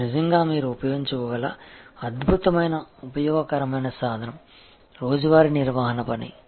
ఇది నిజంగా మీరు ఉపయోగించగల అద్భుతమైన ఉపయోగకరమైన సాధనం రోజువారీ నిర్వహణ పని